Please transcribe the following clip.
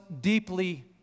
deeply